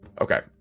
Okay